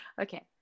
Okay